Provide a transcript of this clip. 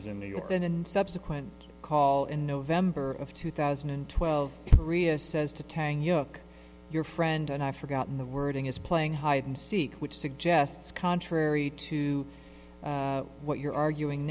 is in new york than in subsequent call in november of two thousand and twelve reus says to tang york your friend and i've forgotten the wording is playing hide and seek which suggests contrary to what you're arguing